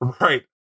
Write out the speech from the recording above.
Right